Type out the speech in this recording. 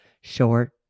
short